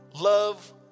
love